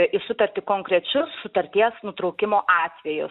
į sutartį konkrečius sutarties nutraukimo atvejus